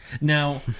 Now